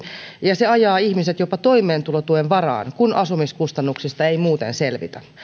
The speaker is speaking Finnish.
ja se ajaa ihmiset jopa toimeentulotuen varaan kun asumiskustannuksista ei muuten selvitä